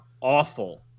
awful